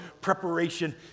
preparation